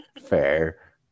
Fair